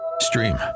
Stream